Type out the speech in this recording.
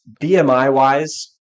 BMI-wise